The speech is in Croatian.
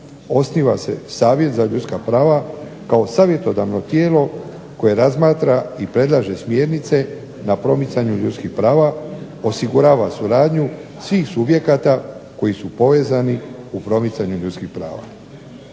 Osniva se savjet za ljudska prava kao savjetodavno tijelo koje razmatra i predlaže smjernice na promicanju ljudskih prava, osigurava suradnju svih subjekata koji su povezani u promicanju ljudskih prava.